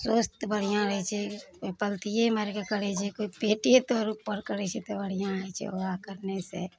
स्वास्थय बढ़िआँ रहै छै कोइ पलथिए मारिके करै छै कोइ पेटे तर उपर करै छै तऽ बढ़िआँ होइ छै योगा करय सऽ